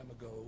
ago